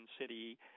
City